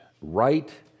right